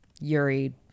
Yuri